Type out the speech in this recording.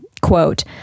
Quote